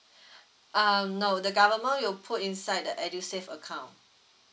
um no the government will put inside the edusave account